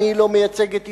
אני לא מייצג את ישראל,